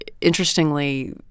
interestingly